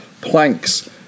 planks